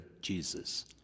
Jesus